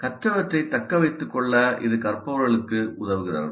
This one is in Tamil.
கற்றவற்றைத் தக்க வைத்துக் கொள்ள இது கற்பவர்களுக்கு உதவுகிறது